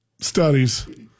studies